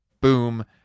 boom